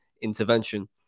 intervention